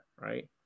right